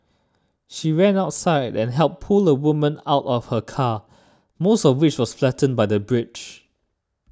she ran outside and helped pull a woman out of her car most of which was flattened by the bridge